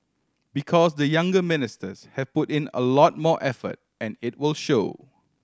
because the younger ministers have put in a lot more effort and it will show